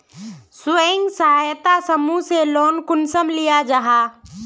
स्वयं सहायता समूह से लोन कुंसम लिया जाहा?